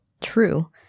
True